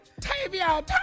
Tavia